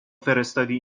فرستادی